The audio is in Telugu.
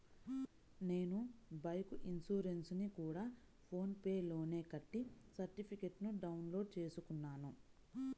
నేను బైకు ఇన్సురెన్సుని గూడా ఫోన్ పే లోనే కట్టి సర్టిఫికేట్టుని డౌన్ లోడు చేసుకున్నాను